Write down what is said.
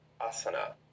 Asana